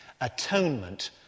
Atonement